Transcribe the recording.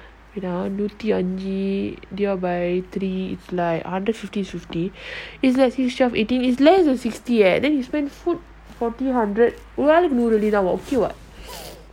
இருநூற்றுஅஞ்சு:irunootru anju divide by three is like hundred fifty is fifty is like six twelve eighteen is less than sixty eh then you spend food for two hundred